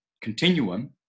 continuum